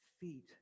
feet